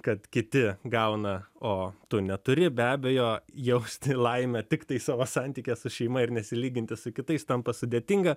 kad kiti gauna o tu neturi be abejo jausti laimę tiktai savo santykyje su šeima ir nesilyginti su kitais tampa sudėtinga